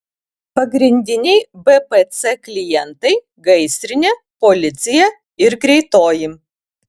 pagrindiniai bpc klientai gaisrinė policija ir greitoji